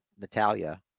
Natalia